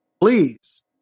please